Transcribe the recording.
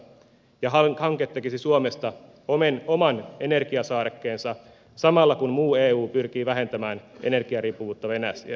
hanke tekisi suomesta oman energiasaarekkeensa samalla kun muu eu pyrkii vähentämään energiariippuvuutta venäjästä